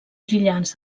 brillants